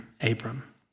Abram